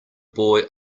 boy